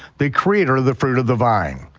the creator of the fruit of the vine.